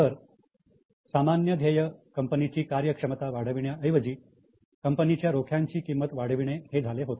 तर सामान्य ध्येय कंपनीची कार्यक्षमता वाढविण्या ऐवजी कंपनीच्या रोख्यांची किंमत वाढविणे हे झाले होते